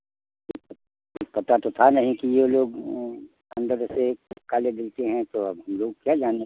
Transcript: कुछ पता तो था नहीं कि यह लोग अंदर जैसे काले दिल के हैं तो अब हम लोग क्या जानें